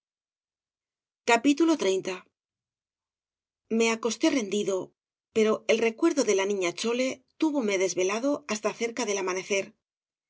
de bradomin e acosté rendido pero el recuerdo de la niña chole túvome desvelado hasta cerca del amanecer